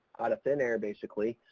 out of thin air basically,